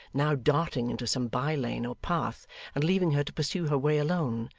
now darting into some by-lane or path and leaving her to pursue her way alone,